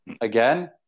again